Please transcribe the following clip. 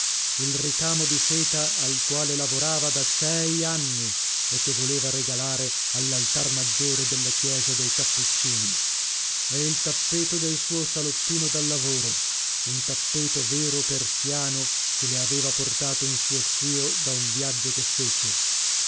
il ricamo di seta al quale lavorava da sei anni e che voleva regalare all'altar maggiore della chiesa dei cappuccini e il tappeto del suo salottino da lavoro un tappeto vero persiano che le aveva portato un suo zio da un viaggio che fece